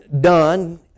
done